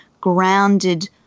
grounded